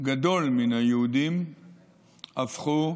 גדול מן היהודים הפכו